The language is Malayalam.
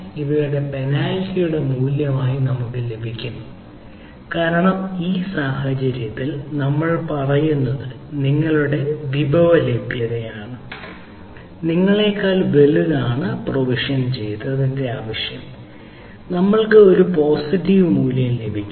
ഇവയെ പെനാൽറ്റിയുടെ മൂല്യമായി നമുക്ക് ലഭിക്കുന്നു കാരണം ഈ സാഹചര്യത്തിൽ നമ്മൾ പറയുന്നത് നിങ്ങളുടെ വിഭവ ലഭ്യതയാണ് നിങ്ങളേക്കാൾ വലുതാണ് പ്രൊവിഷൻ ചെയ്തത് ആവശ്യം നമ്മൾക്ക് ഒരു പോസിറ്റീവ് മൂല്യം ലഭിക്കും